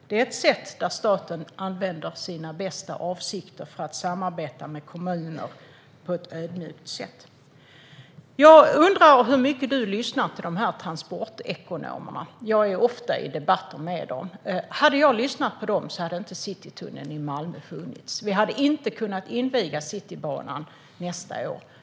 Det är ett sätt där staten använder sina bästa avsikter för att samarbeta med kommuner på ett ödmjukt sätt. Jag undrar hur mycket du lyssnar på transportekonomerna, Jessica Rosencrantz. Jag är ofta i debatter med dem. Hade jag lyssnat på dem hade Citytunneln i Malmö inte funnits, och vi hade inte kunnat inviga Citybanan nästa år.